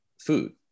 food